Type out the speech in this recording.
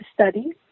study